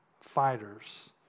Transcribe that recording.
fighters